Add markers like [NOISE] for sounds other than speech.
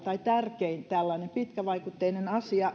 [UNINTELLIGIBLE] tai tärkein tällainen pitkävaikutteinen asia